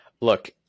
Look